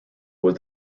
was